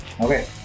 Okay